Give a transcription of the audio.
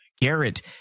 Garrett